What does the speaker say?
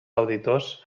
auditors